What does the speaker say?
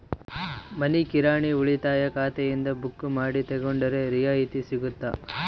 ಮನಿ ಕಿರಾಣಿ ಉಳಿತಾಯ ಖಾತೆಯಿಂದ ಬುಕ್ಕು ಮಾಡಿ ತಗೊಂಡರೆ ರಿಯಾಯಿತಿ ಸಿಗುತ್ತಾ?